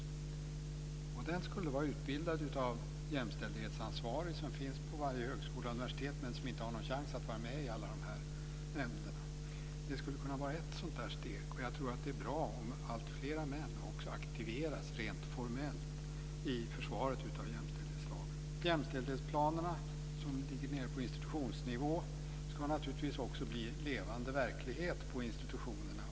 Ledamoten ska vara utbildad av den jämställdhetsansvarige som finns på varje högskola och universitet men som inte har en chans att vara med i alla nämnderna. Det skulle kunna vara ett sådant steg. Det skulle vara bra om fler män aktiveras rent formellt i försvaret av jämställdhetslagen. Jämställdhetsplanerna på institutionsnivå ska naturligtvis bli levande verklighet på institutionerna.